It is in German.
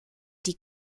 die